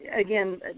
again